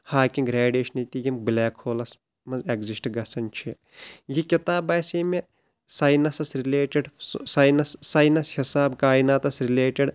Hawking ریٚڈیشنہٕ تہِ یِم بلیک ہولس منٛز ایٚگزسٹ گژھان چھِ یہِ کِتاب باسیٚیہِ مےٚ ساینسس رِلیٹڈ سُہ ساینس ساینس حساب کایناتس رِلیٹڈ